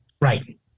Right